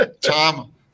tom